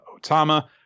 Otama